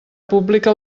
pública